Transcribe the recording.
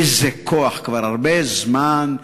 איזה כוח כבר הרבה זמן,